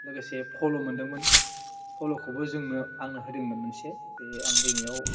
लोगोसे फल' मोन्दोंमोन फल'खौबो जोंनो आंनो होदोंमोन मोनसे बे आं दैमायाव